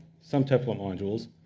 some type of modules.